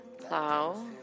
Plow